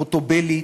"חוטובלית",